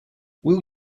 will